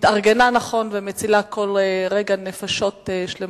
התארגנה נכון, ומצילה כל רגע נפשות שלמות.